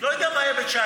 לא יודע מה היה ב-2019.